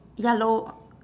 yellow